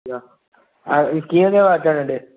ऐं कीअं ठहियो अचनि ॾे